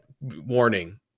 warning